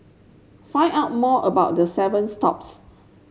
find out more about the seven stops